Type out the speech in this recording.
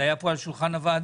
זה היה פה על שולחן הוועדה,